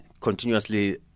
continuously